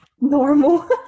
Normal